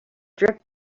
drift